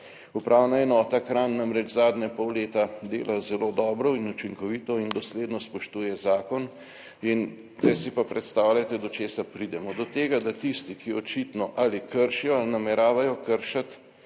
Upravna enota Kranj namreč zadnje pol leta dela zelo dobro in učinkovito in dosledno spoštuje zakon in zdaj si pa predstavljajte do česa pridemo? Do tega, da tisti, ki očitno ali kršijo ali nameravajo kršiti